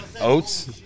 Oats